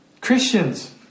Christians